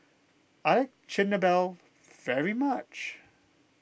I Chigenabe very much